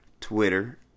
Twitter